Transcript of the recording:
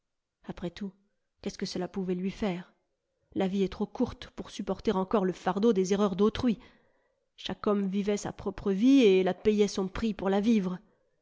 après tout qu'est-ce que cela pouvait lui faire la vie est trop courte pour supporter encore le fardeau des erreurs d'autrui chaque homme vivait sa propre vie et la payait son prix pour la vivre